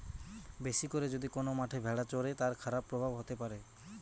বেশি করে যদি কোন মাঠে ভেড়া চরে, তার খারাপ প্রভাব হতে পারে